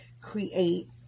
create